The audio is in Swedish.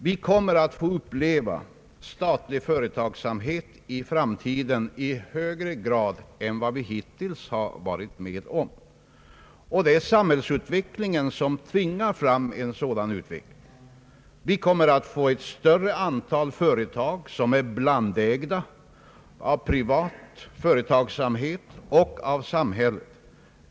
Vi kommer att få uppleva statlig företagsamhet i framtiden i högre grad än vad vi hittills varit med om, och det är samhällsutvecklingen som framtvingar det. Vi kommer att få ett större antal blandägda företag, som styrs både av privata intressenter och av samhället.